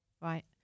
right